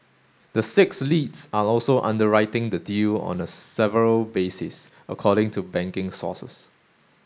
the six leads are also underwriting the deal on a several basis according to banking sources